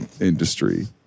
industry